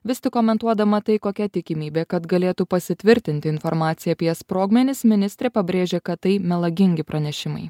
vis tik komentuodama tai kokia tikimybė kad galėtų pasitvirtinti informacija apie sprogmenis ministrė pabrėžė kad tai melagingi pranešimai